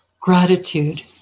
Gratitude